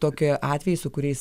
tokie atvejai su kuriais